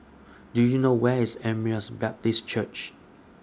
Do YOU know Where IS Emmaus Baptist Church